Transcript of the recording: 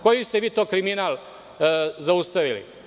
Koji ste vi to kriminal zaustavili?